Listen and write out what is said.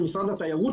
יו"ר הוועדה,